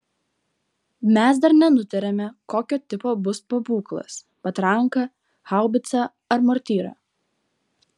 mes dar nenutarėme kokio tipo bus pabūklas patranka haubicą ar mortyra